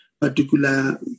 particular